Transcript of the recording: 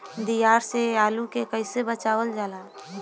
दियार से आलू के कइसे बचावल जाला?